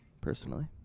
personally